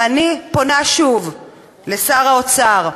ואני פונה שוב לשר האוצר: